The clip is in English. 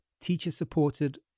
teacher-supported